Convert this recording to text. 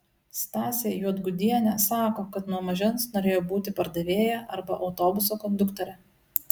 stasė juodgudienė sako kad nuo mažens norėjo būti pardavėja arba autobuso konduktore